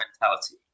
mentality